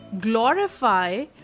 glorify